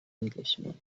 englishman